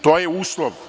To je uslov.